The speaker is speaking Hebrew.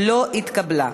לא התקבלה.